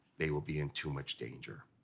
they will be in too much danger.